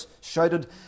shouted